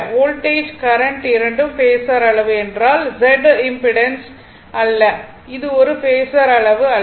voltage current இரண்டும் phasor அளவு என்றால் Z ஒரு இம்பிடன்ஸ் அல்ல அது ஒரு பேஸர் அளவு அல்ல